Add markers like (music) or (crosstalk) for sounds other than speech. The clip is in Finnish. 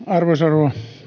(unintelligible) arvoisa rouva